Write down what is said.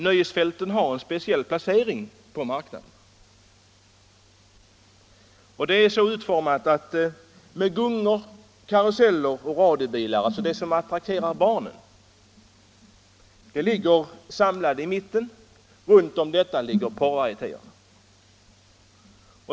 Nöjesfälten har nämligen en speciell placering på marknaden. De är så utformade att gungor, karuseller och radiobilar — alltså det som attraherar barnen —- ligger samlade i mitten. Runt om detta ligger porrvarietéerna.